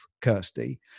Kirsty